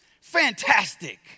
fantastic